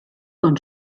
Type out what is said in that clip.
und